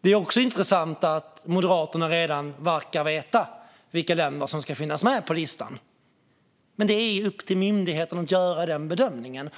Det är också intressant att Moderaterna redan verkar veta vilka länder som ska finnas med på listan. Men det är upp till myndigheterna att göra den bedömningen.